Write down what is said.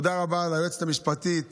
תודה רבה ליועצת המשפטית